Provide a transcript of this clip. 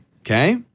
Okay